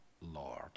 Lord